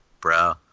bro